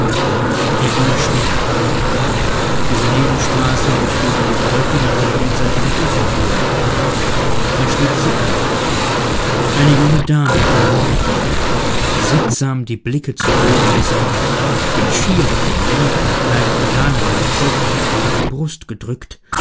er ging schneller diese nebenstraße mußte über die brücke nach dem jenseitigen ufer führen er schlug sie ein eine junge dame kam ihm entgegen sittsam die blicke zu boden gesenkt den schirm in der länge einer kleinen ulanenlanze gegen die brust gedrückt